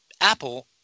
apple